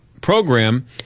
program